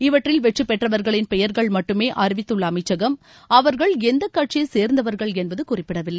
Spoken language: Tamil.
இவற்றில் வெற்றி பெற்றவர்களின் பெயர்கள் மட்டுமே அறிவித்துள்ள அமைச்சகம் அவர்கள் எந்த கட்சியை சேர்ந்தவர்கள் என குறிப்பிடவில்லை